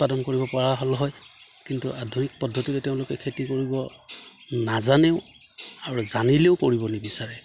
উৎপাদন কৰিব পৰা হ'ল হয় কিন্তু আধুনিক পদ্ধতিৰে তেওঁলোকে খেতি কৰিব নাজানেও আৰু জানিলেও কৰিব নিবিচাৰে